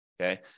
okay